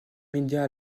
médias